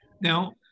Now